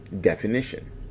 definition